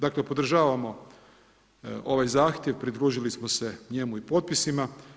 Dakle, podržavamo ovaj zahtjev, pridružili smo se njemu i potpisima.